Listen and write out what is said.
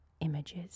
images